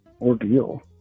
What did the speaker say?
ordeal